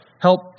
help